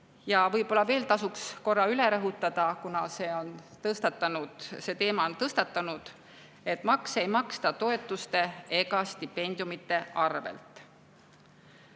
Ja võib-olla tasuks veel kord üle rõhutada, kuna see teema on tõstatunud: makse ei maksta toetuste ega stipendiumide arvel.